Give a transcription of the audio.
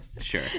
sure